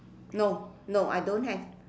no no I don't have